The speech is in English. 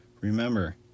Remember